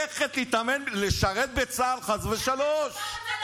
לשרת בצה"ל, חס ושלום.